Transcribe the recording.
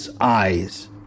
eyes